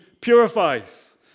purifies